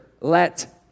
let